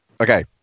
Okay